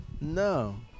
No